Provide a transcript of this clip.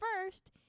first